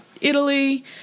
Italy